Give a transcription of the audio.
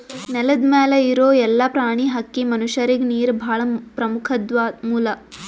ನೆಲದ್ ಮ್ಯಾಲ್ ಇರೋ ಎಲ್ಲಾ ಪ್ರಾಣಿ, ಹಕ್ಕಿ, ಮನಷ್ಯರಿಗ್ ನೀರ್ ಭಾಳ್ ಪ್ರಮುಖ್ವಾದ್ ಮೂಲ